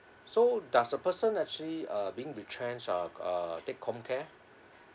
so does the person actually uh being retrenched uh uh take comcare